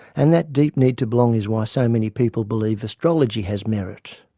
and that deep need to belong is why so many people believe astrology has merit.